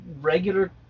regular